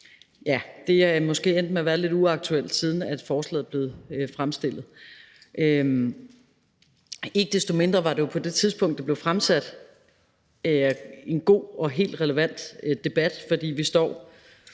forslaget er måske endt med at være blevet lidt uaktuelt, siden det blev fremsat. Ikke desto mindre var det jo på det tidspunkt, det blev fremsat, en god og helt relevant sag, for vi står